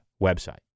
website